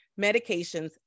medications